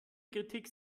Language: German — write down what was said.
kritik